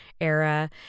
era